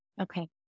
Okay